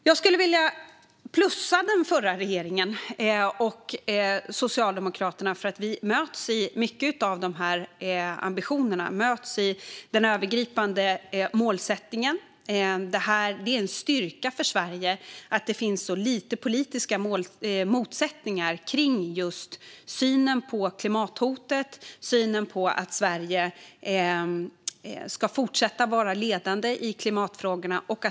Jag skulle vilja plussa den förra regeringen och Socialdemokraterna för att vi möts i många av dessa ambitioner och möts i den övergripande målsättningen. Det är en styrka för Sverige att det finns så lite politiska motsättningar kring just synen på klimathotet och synen på att Sverige ska fortsätta vara ledande i klimatfrågorna.